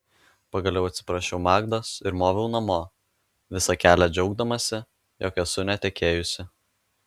pagaliau atsiprašiau magdos ir moviau namo visą kelią džiaugdamasi jog esu netekėjusi